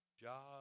job